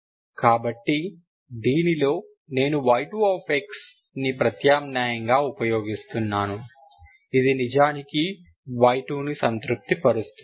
కాబట్టి దీనిలో నేను y2 ని ప్రత్యామ్నాయంగా ఉపయోగిస్తున్నాను ఇది నిజానికి y2 ని సంతృప్తిపరుస్తుంది